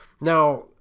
now